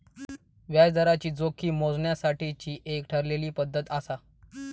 व्याजदराची जोखीम मोजण्यासाठीची एक ठरलेली पद्धत आसा